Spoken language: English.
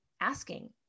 asking